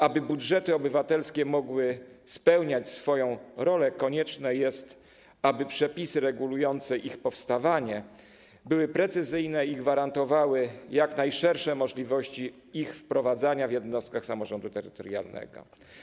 Aby budżety obywatelskie mogły spełniać swoją rolę, konieczne jest, aby przepisy regulujące ich powstawanie były precyzyjne i gwarantowały jak najszersze możliwości ich wprowadzania w jednostkach samorządu terytorialnego.